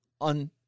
on